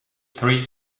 three